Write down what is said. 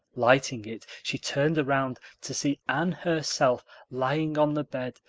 lighting it, she turned around to see anne herself lying on the bed,